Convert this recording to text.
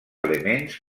elements